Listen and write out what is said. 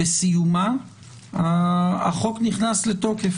בסיומה החוק נכנס לתוקף,